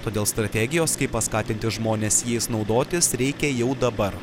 todėl strategijos kaip paskatinti žmones jais naudotis reikia jau dabar